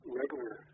regular